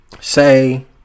say